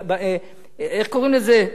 איך קוראים לזה?